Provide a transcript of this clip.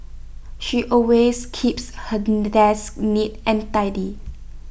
she always keeps her desk neat and tidy